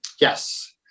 Yes